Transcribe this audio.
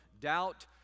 doubt